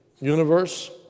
universe